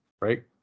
right